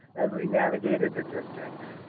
as we navigated the district.